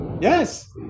Yes